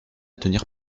tenir